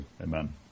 Amen